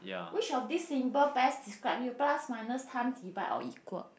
which of these symbol best describe you plus minus time divide or equal